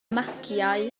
magiau